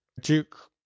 Duke